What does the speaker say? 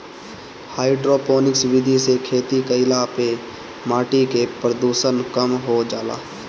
hydroponics विधि से खेती कईला पे माटी के प्रदूषण कम हो जाला